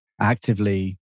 actively